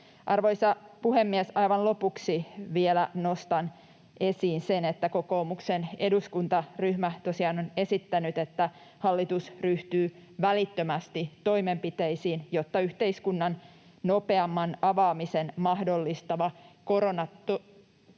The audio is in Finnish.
Arvoisa puhemies! Aivan lopuksi vielä nostan esiin sen, että kokoomuksen eduskuntaryhmä tosiaan on esittänyt, että hallitus ryhtyy välittömästi toimenpiteisiin, jotta yhteiskunnan nopeamman avaamisen mahdollistava koronatodistus